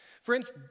Friends